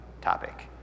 topic